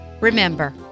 Remember